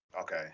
Okay